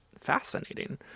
fascinating